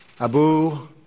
Abu